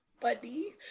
buddy